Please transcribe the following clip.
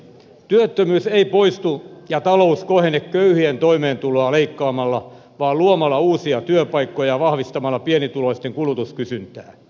työttömyys ei poistu ja talous kohene köyhien toimeentuloa leikkaamalla vaan luomalla uusia työpaikkoja ja vahvistamalla pienituloisten kulutuskysyntää